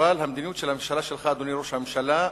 אבל המדיניות שלך, אדוני ראש הממשלה,